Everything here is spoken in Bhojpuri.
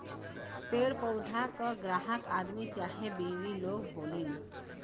पेड़ पउधा क ग्राहक आदमी चाहे बिवी लोग होलीन